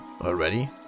already